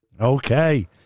Okay